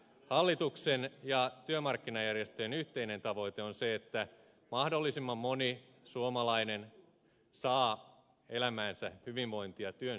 hallituksen ja työmarkkinajärjestöjen yhteinen tavoite on se että mahdollisimman moni suomalainen saa elämäänsä hyvinvointia työnsä kautta